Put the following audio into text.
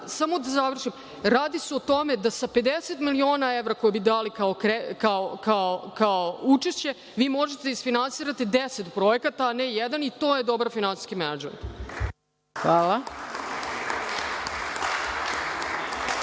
Samo da završim. Radi se o tome da sa 50 miliona evra koje bi dali kao učešće vi možete da isfinansirate 10 projekata, a ne jedan i to je dobar finansijski menadžment.